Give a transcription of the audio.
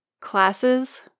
classes